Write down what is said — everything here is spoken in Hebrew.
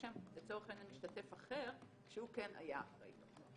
שם משתתף אחר שהוא כן היה אחראי לו.